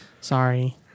Sorry